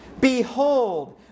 behold